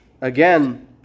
again